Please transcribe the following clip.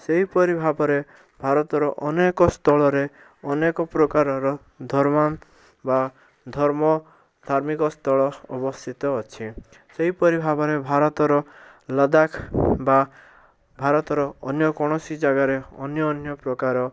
ସେହିପରି ଭାବରେ ଭାରତର ଅନେକ ସ୍ଥଳରେ ଅନେକ ପ୍ରକାରର ଧର୍ମାନ୍ ବା ଧର୍ମ ଧାର୍ମିକ ସ୍ଥଳ ଅବସ୍ତିତ ଅଛି ସେହିପରି ଭାବରେ ଭାରତର ଲଦାଖ ବା ଭାରତର ଅନ୍ୟ କୌଣସି ଜାଗାରେ ଅନ୍ୟ ଅନ୍ୟ ପ୍ରକାର